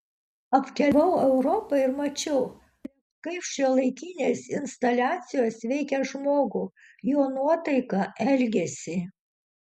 apkeliavau europą ir mačiau kaip šiuolaikinės instaliacijos veikia žmogų jo nuotaiką elgesį